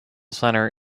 center